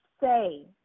say